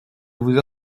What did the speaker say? vous